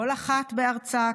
כל אחת בארצה,